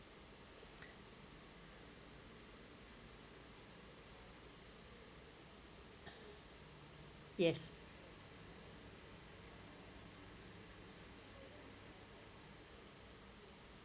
yes